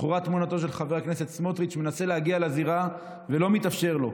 זכורה תמונתו של חבר הכנסת סמוטריץ' מנסה להגיע לזירה ולא מתאפשר לו,